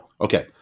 Okay